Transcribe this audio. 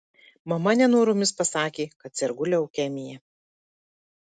mama nenoromis pasakė kad sergu leukemija